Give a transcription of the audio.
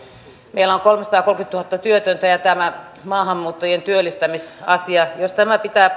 meillä on kolmesataakolmekymmentätuhatta työtöntä ja tämä maahanmuuttajien työllistämisasia jos tämä pitää